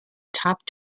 top